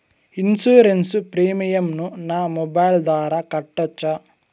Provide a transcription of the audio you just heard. Insurance premium ను నా mobile ద్వారా కట్టొచ్చా?